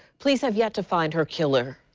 police have yet to find her killer.